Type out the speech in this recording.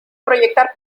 proyectar